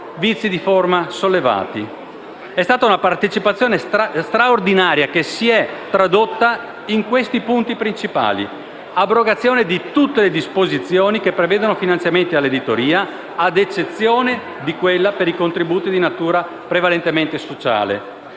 vizi di forma sollevati. È stata una partecipazione straordinaria che si è tradotta in questi punti principali: abrogazione di tutte le disposizioni che prevedono finanziamenti all'editoria, ad eccezione di quella per i contributi di natura prevalentemente sociale;